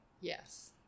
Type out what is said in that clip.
Yes